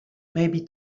maybe